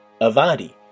Avadi